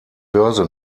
börse